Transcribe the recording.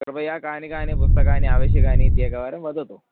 कृपया कानि कानि पुस्तकानि आवश्यकानि इति एकवारं वदतु